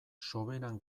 soberan